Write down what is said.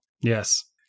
Yes